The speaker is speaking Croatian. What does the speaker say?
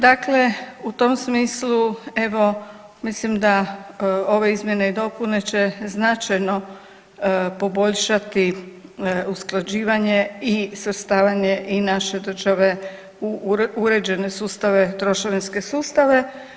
Dakle u tom smislu evo mislim da ove izmjene i dopune će značajno poboljšati usklađivanje i svrstavanje i naše države u uređene sustave, trošarinske sustave.